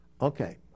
Okay